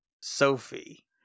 sophie